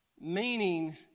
Meaning